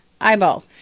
eyeball